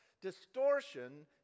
distortion